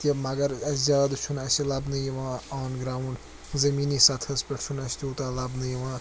تہِ مَگر اَسہِ زیادٕ چھُنہٕ اَسہِ لَبنہٕ یِوان آن گرٛاوُنٛڈ زٔمیٖنی سطحس پٮ۪ٹھ چھُنہٕ اَسہِ تیٛوٗتاہ لَبنہٕ یِوان